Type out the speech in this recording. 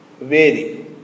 vary